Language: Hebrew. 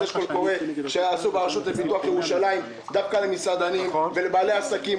אז יש קול קורא שעשו ברשות לפיתוח ירושלים דווקא למסעדנים ולבעלי עסקים.